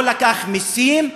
לא לקח מסים,